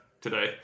today